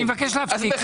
אני מבקש להפסיק.